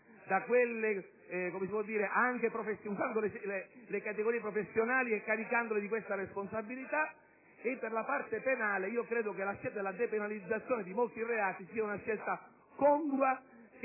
(ad esempio, facendo ricorso alle categorie professionali e caricandole di questa responsabilità). Per la parte penale, invece, io credo che la scelta della depenalizzazione di molti reati sia una scelta congrua,